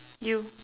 you